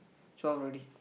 twelve already